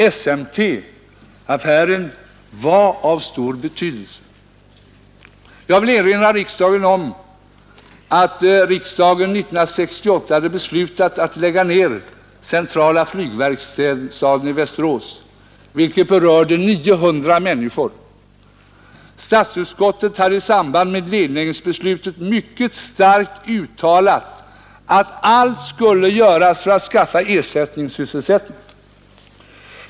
SMT-affären var av stor betydelse. Jag vill erinra om att riksdagen 1968 hade beslutat att lägga ned centrala flygverkstaden i Västerås, vilket berörde 900 människor. Statsutskottet hade i samband med nedläggningsbeslutet mycket starkt uttalat att allt skulle göras för att skaffa ersättningssysselsättning.